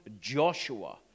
Joshua